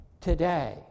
today